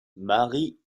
marie